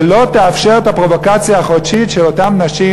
ולא תאפשר את הפרובוקציה החודשית של אותן נשים,